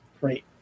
great